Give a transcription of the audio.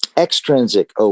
Extrinsic